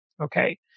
okay